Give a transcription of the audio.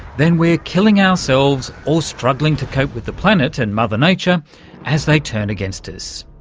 then we're killing ourselves or struggling to cope with the planet and mother nature as they turn against us.